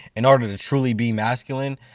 in order to truly be masculine,